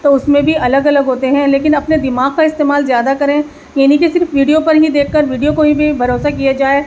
تو اس میں بھی الگ الگ ہوتے ہیں لیکن اپنے دماغ کا استعمال زیادہ کریں یہ نہیں کہ صرف ویڈیو پر ہی دیکھ کر ویڈیو کوئی بھی بھروسہ کیا جائے